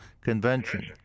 Convention